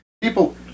People